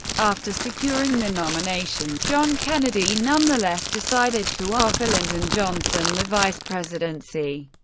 after securing the nomination, john kennedy nonetheless decided to offer lyndon johnson the vice presidency.